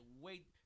wait